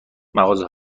مغازه